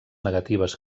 negatives